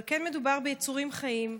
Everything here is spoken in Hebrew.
אבל כן מדובר ביצורים חיים,